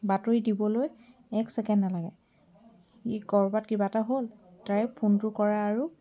বাতৰি দিবলৈ এক ছেকেণ্ড নেলাগে ক'ৰবাত কিবা এটা হ'ল ডাইৰেক্ট ফোনটো কৰা আৰু